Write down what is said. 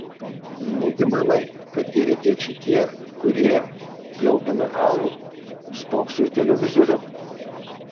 negi manai kad geri tėčiai tie kurie pliaupdami alų spokso į televizorių